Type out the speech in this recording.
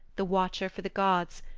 the watcher for the gods,